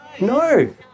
No